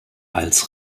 als